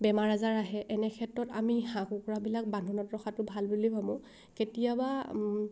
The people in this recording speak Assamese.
বেমাৰ আজাৰ আহে এনে ক্ষেত্ৰত আমি হাঁহ কুকুৰাবিলাক বান্ধোনত ৰখাটো ভাল বুলি ভাবোঁ কেতিয়াবা